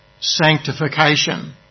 sanctification